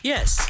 Yes